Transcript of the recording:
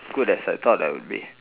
good as I thought I would be